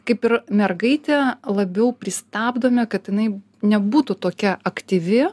kaip ir mergaitę labiau pristabdome kad jinai nebūtų tokia aktyvi